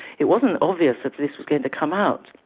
it wasn't obvious that this was going to come out,